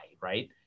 right